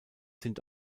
sind